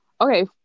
Okay